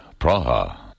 Praha